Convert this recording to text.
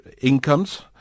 incomes